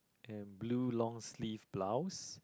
and blue long sleeve blouse